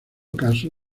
caso